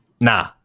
nah